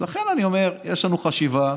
לכן אני אומר, יש לנו חשיבה.